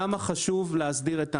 למה חשוב להסדיר את הענף?